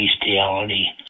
bestiality